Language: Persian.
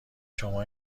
شما